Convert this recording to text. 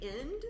end